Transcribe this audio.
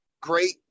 great